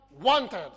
wanted